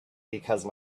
because